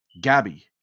Gabby